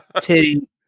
titty